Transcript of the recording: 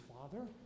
father